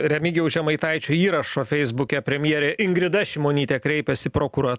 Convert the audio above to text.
remigijaus žemaitaičio įrašo feisbuke premjerė ingrida šimonytė kreipėsi į prokura